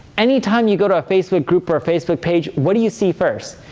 anytime you go to a facebook group or a facebook page, what do you see first?